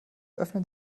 öffnen